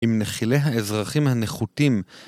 עם נחילי האזרחים הנחותים